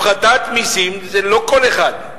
הפחתת מסים, זה לא לכל אחד.